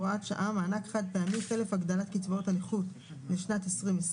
הוראת שעה) (מענק חד-פעמי חלף הגדלת קצבאות הנכות לשנת 2020)